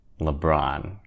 LeBron